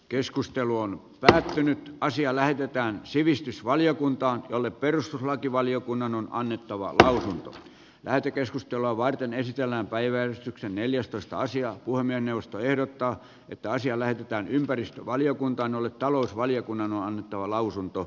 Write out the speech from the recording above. keskustelu on päättynyt ja asia lähetetään sivistysvaliokuntaan jolle perustuslakivaliokunnan on annettava tosin lähetekeskustelua varten esitellään päivä on neljästoista sija huoneen puhemiesneuvosto ehdottaa että asia lähetetään ympäristövaliokuntaan jolle talousvaliokunnan on annettava lausunto